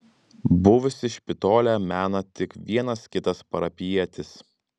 buvusią špitolę mena tik vienas kitas parapijietis